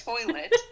toilet